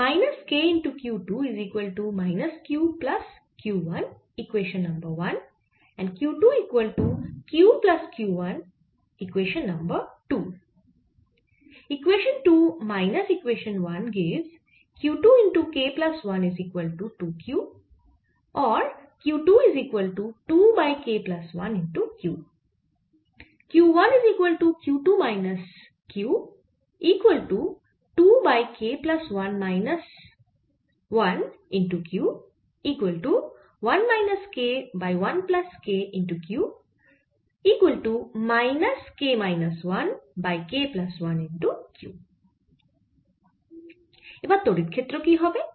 এবার তড়িৎ ক্ষেত্র কি হবে